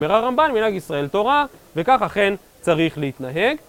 ברר רמבן, מנהג ישראל תורה, וכך אכן צריך להתנהג.